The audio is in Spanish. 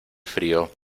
frío